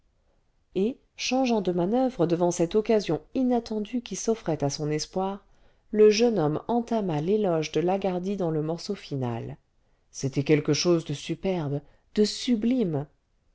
et changeant de manoeuvre devant cette occasion inattendue qui s'offrait à son espoir le jeune homme entama l'éloge de lagardy dans le morceau final c'était quelque chose de superbe de sublime